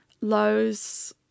Lows